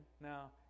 now